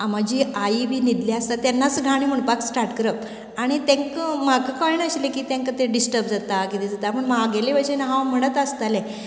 म्हजी आई बी न्हिदली आसता तेन्नाच गाणे म्हणपाक स्टार्ट करप आनी तेंकां म्हाका कळनाशिल्लें की तेंकां तें डिस्टर्ब जाता कितें जाता पूण म्हागेले बशेन हांव म्हणत आसतालें